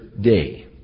day